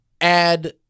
add